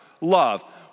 love